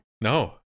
No